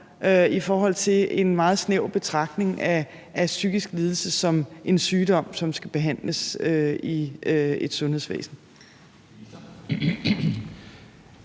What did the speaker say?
i forhold til en meget snæver betragtning af psykisk lidelse som en sygdom, som skal behandles i et sundhedsvæsen.